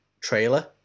trailer